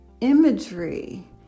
imagery